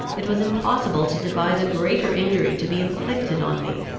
it was impossible to devise a greater injury to be inflicted on me,